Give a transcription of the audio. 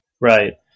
Right